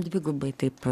dvigubai taip